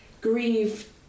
grieve